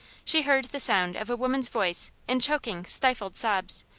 she heard the sound of a woman's voice in choking, stifled sobs,